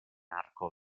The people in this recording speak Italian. arco